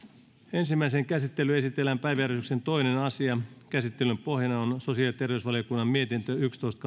ensimmäiseen käsittelyyn esitellään päiväjärjestyksen toinen asia käsittelyn pohjana on sosiaali ja terveysvaliokunnan mietintö yksitoista